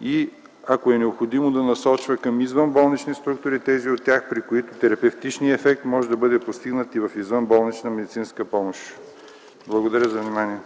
и ако е необходимо да насочва към извънболнични структури тези от тях, при които терапевтичният ефект може да бъде постигнат и в извънболнична медицинска помощ. Благодаря за вниманието.